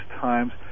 times